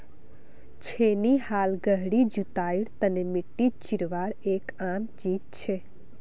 छेनी हाल गहरी जुताईर तने मिट्टी चीरवार एक आम चीज छे